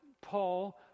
Paul